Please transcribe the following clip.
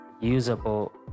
usable